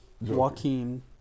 Joaquin